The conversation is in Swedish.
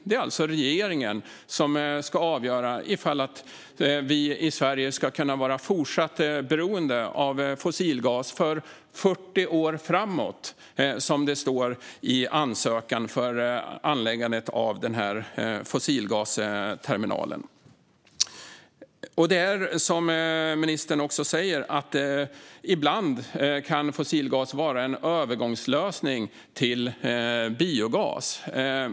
Det är alltså regeringen som ska avgöra ifall vi i Sverige ska vara fortsatt beroende av fossilgas under 40 år framåt, som det står i ansökan om anläggande av denna fossilgasterminal. Som ministern också säger kan fossilgas ibland vara en lösning under övergången till biogas.